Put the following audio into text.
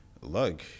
look